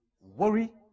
Worry